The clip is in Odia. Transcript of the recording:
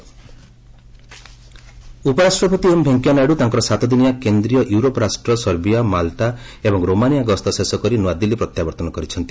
ଭିପି ରୋମାନିଆ ଉପରାଷ୍ଟ୍ରପତି ଏମ୍ ଭେଙ୍କିୟା ନାଇଡୁ ତାଙ୍କର ସାତଦିନିଆ କେନ୍ଦ୍ରୀୟ ୟୁରୋପ ରାଷ୍ଟ୍ର ସର୍ବିଆ ମାଲଟା ଏବଂ ରୋମାନିଆ ଗସ୍ତ ଶେଷ କରି ନ୍ନଆଦିଲ୍ଲୀ ପ୍ରତ୍ୟାବର୍ତ୍ତନ କରିଛନ୍ତି